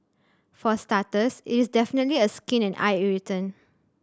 for starters it's definitely a skin and eye irritant